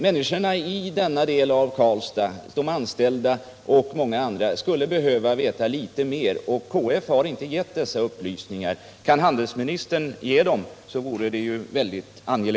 Människorna i denna del av Karlstad, de anställda och många andra, skulle behöva veta litet mer — KF har inte gett dessa upplysningar. Det är angeläget att handelsministern ger dem.